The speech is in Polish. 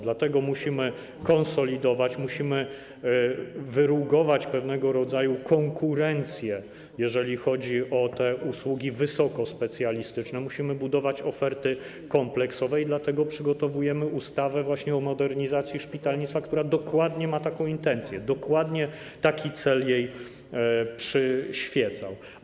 Dlatego musimy konsolidować, musimy wyrugować pewnego rodzaju konkurencję, jeżeli chodzi o usługi wysokospecjalistyczne, musimy budować kompleksowe oferty i dlatego przygotowujemy ustawę właśnie o modernizacji szpitalnictwa - dokładnie taką mamy intencję, dokładnie taki cel nam przyświeca.